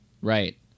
Right